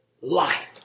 life